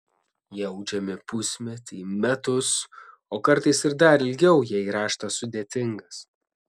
jie audžiami pusmetį metus o kartais ir dar ilgiau jei raštas sudėtingas